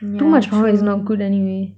yeah true